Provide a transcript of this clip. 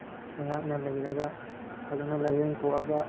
ꯑꯩꯍꯥꯛꯅ ꯂꯩꯔꯒ ꯐꯖꯅ ꯂꯥꯏꯌꯦꯡꯊꯣꯛꯑꯒ